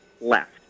left